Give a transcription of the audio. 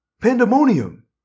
Pandemonium